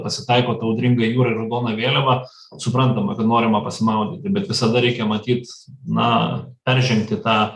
pasitaiko ta audringa jūra ir raudona vėliava suprantama kad norima pasimaudyti bet visada reikia matyt na peržengti tą